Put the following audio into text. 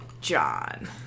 John